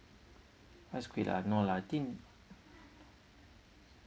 fried squid ah no lah I think